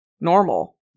normal